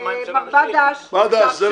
מר בדש,